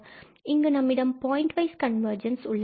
இங்கு நம்மிடம் point wise convergence உள்ளது